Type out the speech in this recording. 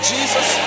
Jesus